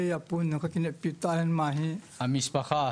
המשפחה,